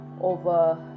over